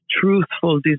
truthful